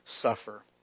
suffer